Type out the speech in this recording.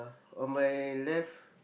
on my left